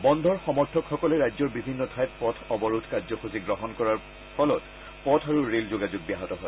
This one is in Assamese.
বন্ধৰ সমৰ্থকসকলে ৰাজ্যৰ বিভিন্ন ঠাইত পথ অবৰোধ কাৰ্যসূচী গ্ৰহণ কৰাৰ ফলত পথ আৰু ৰে'ল যোগাযোগ ব্যাহত হয়